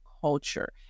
culture